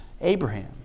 Abraham